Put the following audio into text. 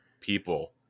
people